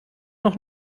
noch